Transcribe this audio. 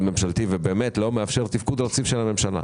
ממשלתי ובאמת לא מאפשר תפקוד רציף של הממשלה.